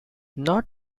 not